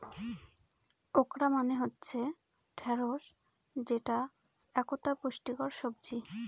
okra মানে হচ্ছে ঢ্যাঁড়স যেটা একতা পুষ্টিকর সবজি